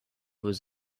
was